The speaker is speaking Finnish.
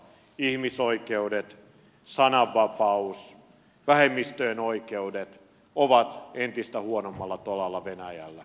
ihmisoikeudet sananvapaus vähemmistöjen oikeudet ovat entistä huonommalla tolalla venäjällä